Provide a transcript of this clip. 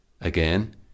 again